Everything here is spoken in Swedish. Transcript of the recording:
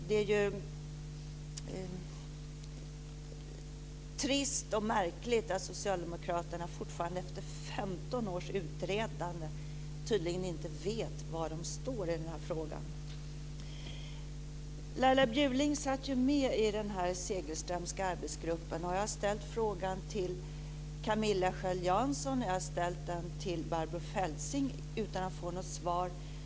Det är både trist och märkligt att Socialdemokraterna fortfarande, efter 15 års utredande, tydligen inte vet var de står i den här frågan. Laila Bjurling satt ju med i Segelströmska arbetsgruppen. Jag har frågat Camilla Sköld Jansson och Barbro Feltzing men jag har inte fått något svar.